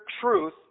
truth